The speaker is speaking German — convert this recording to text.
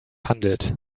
handelt